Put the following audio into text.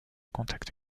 contacts